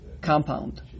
compound